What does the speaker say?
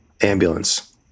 ambulance